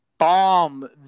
Bomb